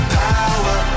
power